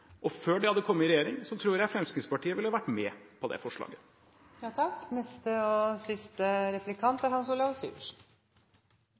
Før Fremskrittspartiet kom i regjering, tror jeg de ville vært med på det